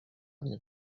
nie